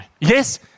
Yes